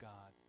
God